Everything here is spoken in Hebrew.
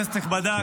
כנסת נכבדה,